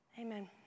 Amen